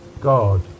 God